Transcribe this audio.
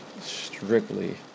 strictly